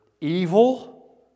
evil